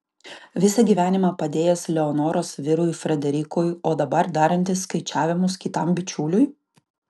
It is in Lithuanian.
visą gyvenimą padėjęs leonoros vyrui frederikui o dabar darantis skaičiavimus kitam bičiuliui